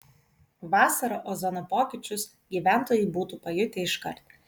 vasarą ozono pokyčius gyventojai būtų pajutę iškart